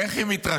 איך היא מתרשלת?